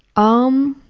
um,